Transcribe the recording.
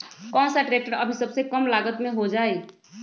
कौन सा ट्रैक्टर अभी सबसे कम लागत में हो जाइ?